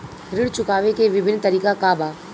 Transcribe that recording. ऋण चुकावे के विभिन्न तरीका का बा?